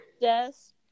yes